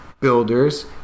builders